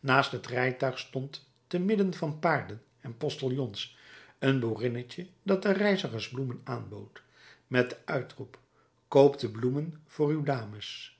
naast het rijtuig stond te midden van paarden en postillons een boerinnetje dat den reizigers bloemen aanbood met den uitroep koopt bloemen voor uw dames